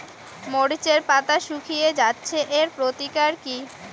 মরিচের পাতা শুকিয়ে যাচ্ছে এর প্রতিকার কি?